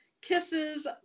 Kisses